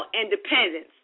independence